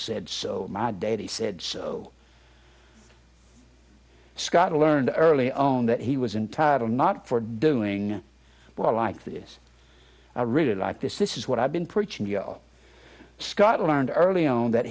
said so my daddy said so scott i learned early own that he was entitle not for doing well like this i read it like this this is what i've been preaching go scott learned early on that